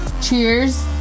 cheers